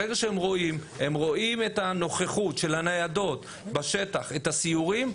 ברגע שהם רואים את הנוכחות של הניידות בשטח ואת הסיורים,